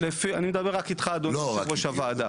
אני מדבר רק איתך, אדוני יושב ראש הוועדה.